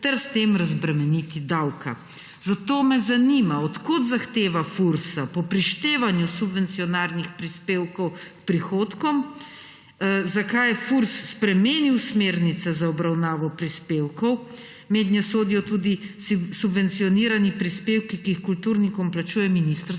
Zato me zanima: Od kod zahteva Fursa po prištevanju subvencioniranih prispevkov prihodkom? Zakaj je Furs spremenil smernice za obravnavo prispevkov? Mednje sodijo tudi subvencionirani prispevki, ki jih kulturnikom plačuje Ministrstvo